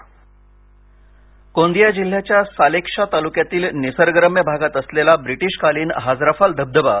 intro Gondia जिल्याच्या सालेकशा तालूक्यातील निसर्गरम्य भागात असलेला ब्रिटिशकालीन हाज्राफाल धबधबा